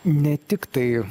ne tiktai